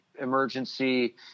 Emergency